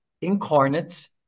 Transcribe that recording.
incarnates